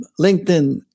LinkedIn